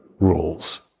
rules